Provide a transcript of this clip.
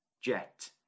jet